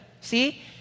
See